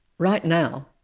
right now,